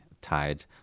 tied